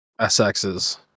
SXs